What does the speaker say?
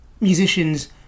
musicians